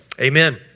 Amen